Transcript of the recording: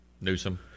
Newsom